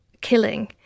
killing